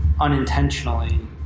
unintentionally